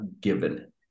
given